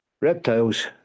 Reptiles